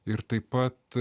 ir taip pat